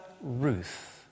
Ruth